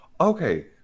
Okay